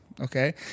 Okay